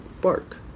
bark